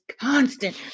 constant